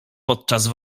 podczas